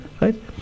right